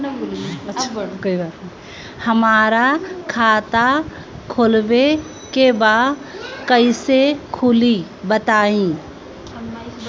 हमरा खाता खोलवावे के बा कइसे खुली बताईं?